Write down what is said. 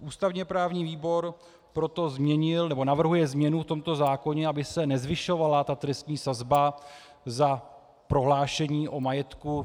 Ústavněprávní výbor proto navrhuje změnu v tomto zákoně, aby se nezvyšovala trestní sazba za prohlášení o majetku.